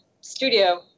studio